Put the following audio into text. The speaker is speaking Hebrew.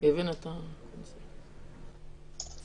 היא הבינה את הקונספט.